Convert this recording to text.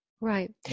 Right